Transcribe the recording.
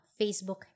Facebook